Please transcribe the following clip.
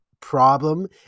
Problem